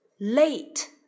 Late